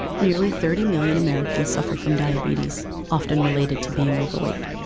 nearly thirty million americans suffer from diabetes, often related to being overweight.